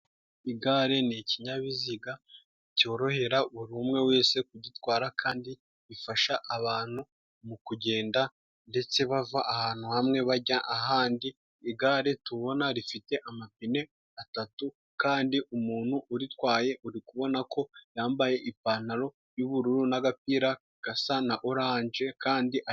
Igare ni ikinyabiziga cyorohera buri umwe wese kugitwara, kandi bifasha abantu mu kugenda ndetse bava ahantu hamwe bajya ahandi. Igare tubona rifite amapine atatu, kandi umuntu uritwaye uri kubona ko yambaye ipantalo y'ubururu n'agapira gasa na orange kandi ari.